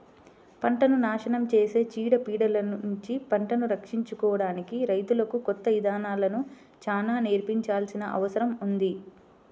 పంటను నాశనం చేసే చీడ పీడలనుంచి పంటను రక్షించుకోడానికి రైతులకు కొత్త ఇదానాలను చానా నేర్పించాల్సిన అవసరం ఉంది